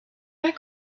pas